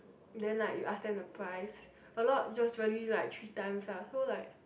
then like you ask them the price a lot just really like three times lah so like